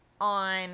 on